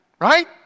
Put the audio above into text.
right